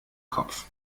kopf